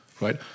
right